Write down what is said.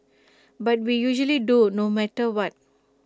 but we usually do no matter what